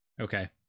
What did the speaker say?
Okay